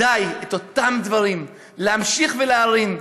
כדאי את אותם דברים להמשיך, ולהרים.